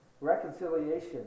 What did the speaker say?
reconciliation